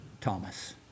Thomas